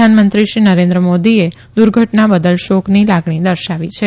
પ્રધાનમંત્રી શ્રી નરેન્દ્ર મોદીએ દુર્ધટના બદલ શોકની લાગણી દર્શાવી છે